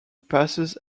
passes